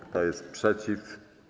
Kto jest przeciw?